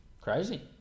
Crazy